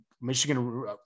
Michigan